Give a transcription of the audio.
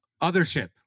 Othership